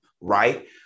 right